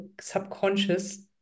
subconscious